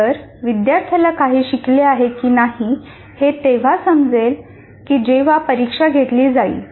तर विद्यार्थ्याला काही शिकले आहे की नाही हे तेव्हा समजेल की जेव्हा परीक्षा घेतली जाईल